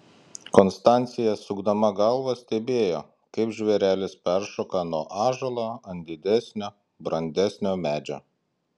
konstancija sukdama galvą stebėjo kaip žvėrelis peršoka nuo ąžuolo ant didesnio brandesnio medžio